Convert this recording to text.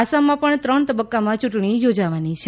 આસામમાં ત્રણ તબક્કામાં ચૂંટણી યોજાવાની છે